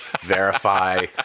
verify